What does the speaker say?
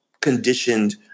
conditioned